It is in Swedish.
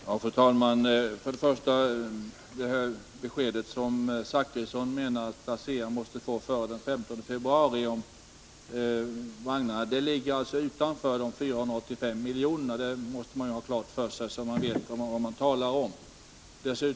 Nr 68 Fru talman! Först vill jag säga att det besked om vagnarna som herr Måndagen den Zachrisson nämnde att ASEA måste få före den 15 februari ligger utanför de 1 februari 1982 485 miljonerna. Det måste man ha klart för sig, så att man vet vad man talar = om.